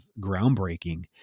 groundbreaking